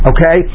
Okay